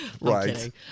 Right